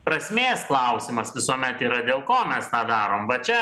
prasmės klausimas visuomet yra dėl ko mes tą darom va čia